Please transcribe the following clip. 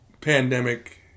pandemic